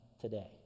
today